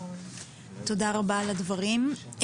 תודה רבה על הדברים.